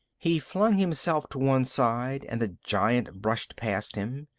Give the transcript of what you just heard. he flung himself to one side and the giant brushed past him.